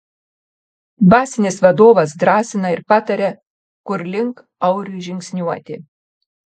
dvasinis vadovas drąsina ir pataria kur link auriui žingsniuoti